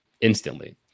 instantly